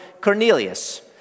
Cornelius